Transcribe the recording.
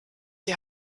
die